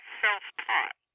self-taught